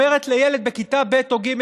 אומרת לילד בכיתה ב' או ג',